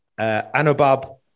Anubab